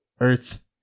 earth